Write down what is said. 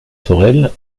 sorel